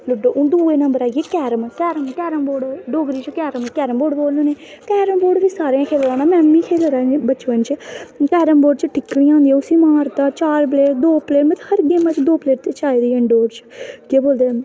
ludo हून दुए number आई गेई कैरम कैरम बोर्ड़ डोगरी च कैरम बो्रड़ बोलने होने कैरम बो्रड़ बी सारें गै खेलेआ होना में बी खेले दा बचपन च कैरम बोर्ड़ च ठिप्पियां होंदियां चार प्लेयर दो प्येर मतलव दो प्लेयर ते चाही दे गै होंदे केह् बोलदे